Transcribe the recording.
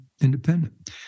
independent